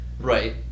Right